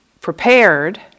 prepared